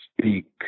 speak